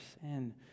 sin